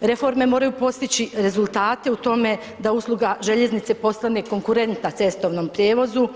reforme moraju postići rezultate u tome da usluga željeznice postane konkurentna cestovnom prijevozu.